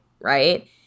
right